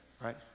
Right